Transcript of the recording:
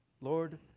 Lord